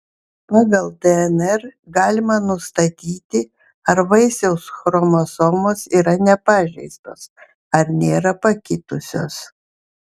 pagal dnr galima nustatyti ar vaisiaus chromosomos yra nepažeistos ar nėra pakitusios